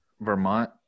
Vermont